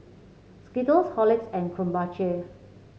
Skittles Horlicks and Krombacher